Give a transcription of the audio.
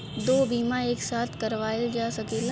दो बीमा एक साथ करवाईल जा सकेला?